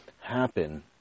happen